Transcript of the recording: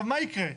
מה יקרה?